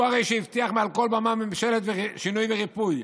הוא הרי הבטיח מעל כל במה ממשלת שינוי וריפוי,